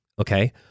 okay